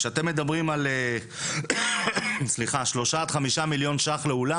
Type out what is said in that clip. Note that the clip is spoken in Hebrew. כשאתם מדברים על שלושה עד חמישה מיליון ₪ לאולם,